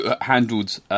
handled